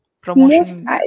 promotion